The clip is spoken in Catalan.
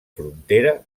frontera